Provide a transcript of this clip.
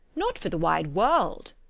not for the wide world!